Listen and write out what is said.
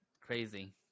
crazy